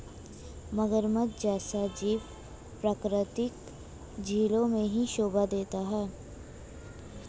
मगरमच्छ जैसा जीव प्राकृतिक झीलों में ही शोभा देता है